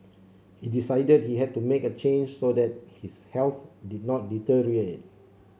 he decided he had to make a change so that his health did not deteriorate